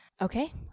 Okay